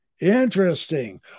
Interesting